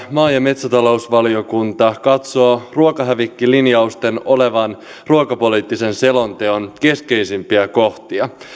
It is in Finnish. maa ja metsätalousvaliokunta katsoo ruokahävikkilinjausten olevan ruokapoliittisen selonteon keskeisimpiä kohtia